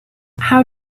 how